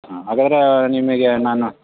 ಹಾಂ ಹಾಗಾದ್ರೇ ನಿಮಗೆ ನಾನು